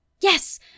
yes